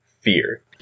fear